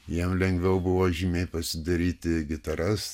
jiem lengviau buvo žymiai pasidaryti gitaras